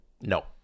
No